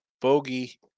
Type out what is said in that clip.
bogey